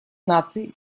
наций